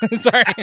Sorry